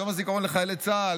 יום הזיכרון לחללי צה"ל,